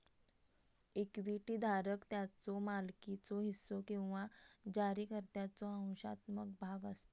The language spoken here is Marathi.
इक्विटी धारक त्याच्यो मालकीचो हिस्सो किंवा जारीकर्त्याचो अंशात्मक भाग असता